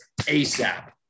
ASAP